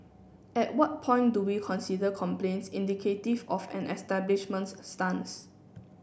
at what point do we consider complaints indicative of an establishment's stance